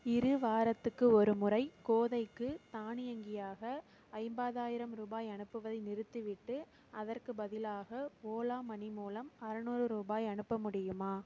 இரு வாரத்துக்கு ஒருமுறை கோதைக்கு தானியங்கியாக ஐம்பதாயிரம் ரூபாய் அனுப்புவதை நிறுத்திவிட்டு அதற்குப் பதிலாக ஓலா மணி மூலம் அறநூறு ரூபாய் அனுப்ப முடியுமா